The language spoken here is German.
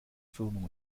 firmung